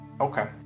okay